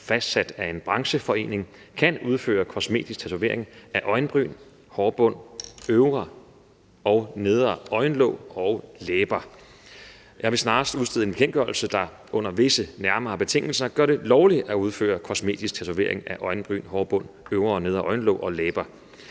fastsat af en brancheforening, kan udføre kosmetisk tatovering af øjenbryn, hårbund, øvre og nedre øjenlåg og læber. Jeg vil snarest udstede en bekendtgørelse, der under visse nærmere betingelser gør det lovligt at udføre kosmetisk tatovering af øjenbryn, hårbund, øvre og nedre øjenlåg og læber.